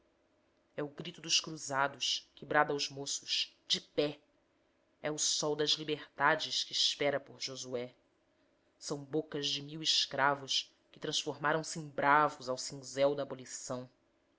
é o grito dos cruzados que brada aos moços de pé é o sol das liberdades que espera por josué são bocas de mil escravos que transformaram-se em bravos ao cinzel da abolição